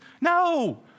No